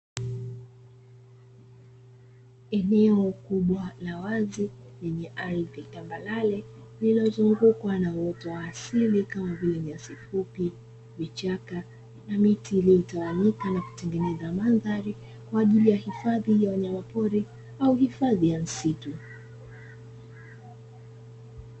Eneo kubwa la wazi, lenye ardhi ya tambarare lililozungukwa na uoto wa asili kama vile nyasi fupi, vichaka na miti iliyotawanyika, na kutengeneza mandhari kwa ajili ya hifadhi ya wanyama pori au hifadhi ya msitu.